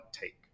take